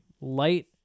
light